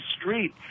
street